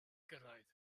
gyrraedd